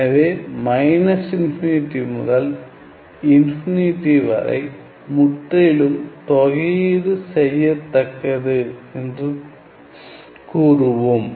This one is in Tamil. எனவே மைனஸ் இன்ஃபினிட்டி முதல் இன்ஃபினிட்டி வரை முற்றிலும் தொகையீடு செய்யத்தக்கது என்று கூறுவோம்